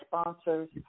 sponsors